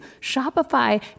Shopify